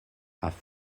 have